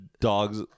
dogs